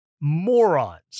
morons